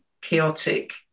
chaotic